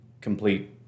complete